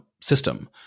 system